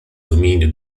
dominio